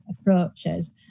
approaches